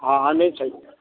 ہاں ہاں نہیں صحیح